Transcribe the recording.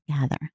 gather